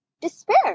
despair